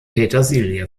petersilie